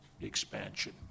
expansion